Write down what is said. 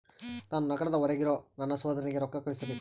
ನಾನು ನಗರದ ಹೊರಗಿರೋ ನನ್ನ ಸಹೋದರನಿಗೆ ರೊಕ್ಕ ಕಳುಹಿಸಬೇಕು